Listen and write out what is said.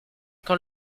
quand